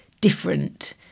different